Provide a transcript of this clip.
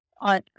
on